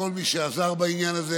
לכל מי שעזר בעניין הזה.